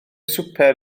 swper